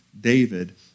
David